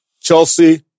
Chelsea